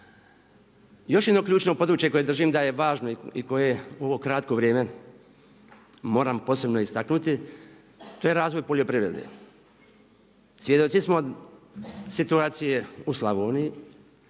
Još jedno ključno područje koje držim da je važno i koje u ovo kratko vrijeme moram posebno istaknuti, to je razvoj poljoprivrede. Svjedoci smo situacije u Slavoniji,